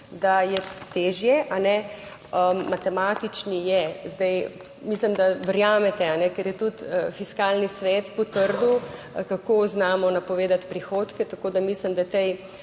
da je težje, a ne? Matematični je. Zdaj mislim, da verjamete, ker je tudi Fiskalni svet potrdil kako znamo napovedati prihodke, tako da mislim, da tej